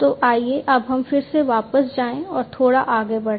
तो आइए अब हम फिर से वापस जाएं और थोड़ा आगे देखें